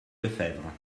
lefebvre